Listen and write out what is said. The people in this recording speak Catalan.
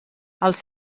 els